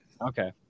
Okay